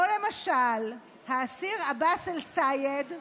למשל האסיר עבאס אל-סייד,